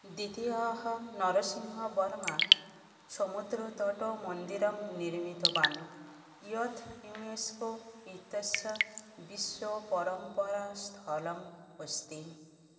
द्वितीयः नरसिंहवर्मा समुद्रतटमन्दिरं निर्मितवान् यत् यूनेस्को इत्यस्य विश्वपरम्परास्थलम् अस्ति